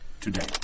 today